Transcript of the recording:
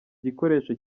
gikoresho